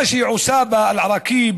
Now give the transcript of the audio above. מה שהיא עושה באל-עראקיב